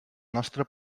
nostre